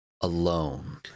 alone